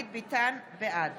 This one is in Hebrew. בעד